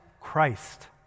Christ